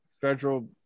federal